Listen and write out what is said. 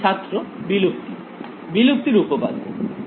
ছাত্র বিলুপ্তি বিলুপ্তির উপপাদ্য